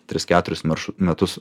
tris keturis maršu metus